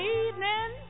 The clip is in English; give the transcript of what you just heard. evening